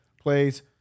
plays